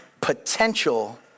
potential